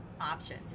option